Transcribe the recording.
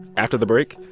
after the break,